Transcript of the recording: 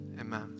Amen